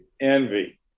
envy